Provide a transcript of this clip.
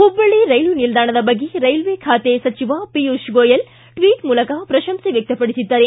Hubballi rail ನಿಲ್ದಾಣದ ಬಗ್ಗೆ railway ಬಾತೆ ಸಚಿವ ಪಿಯೂಷ ಗೋಯಲ್ ಟ್ವಿಟ್ ಮೂಲಕ ಪ್ರಶಂಶೆ ವ್ಯಕ್ತಪಡಿಸಿದ್ದಾರೆ